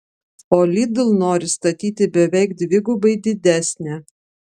o lidl nori statyti beveik dvigubai didesnę